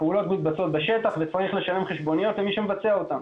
הפעולות מתבצעות בשטח וצריך לשלם חשבוניות למי שמבצע אותם